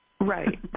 Right